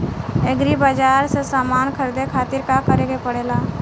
Agri बाज़ार से समान ख़रीदे खातिर का करे के पड़ेला?